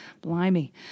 blimey